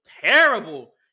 terrible